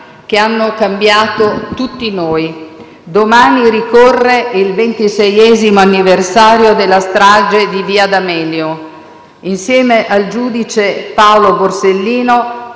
e hanno cambiato tutti noi. Domani ricorre il ventiseiesimo anniversario della strage di via D'Amelio. Insieme al giudice Paolo Borsellino